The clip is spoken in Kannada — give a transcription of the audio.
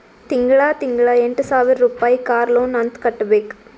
ತಿಂಗಳಾ ತಿಂಗಳಾ ಎಂಟ ಸಾವಿರ್ ರುಪಾಯಿ ಕಾರ್ ಲೋನ್ ಅಂತ್ ಕಟ್ಬೇಕ್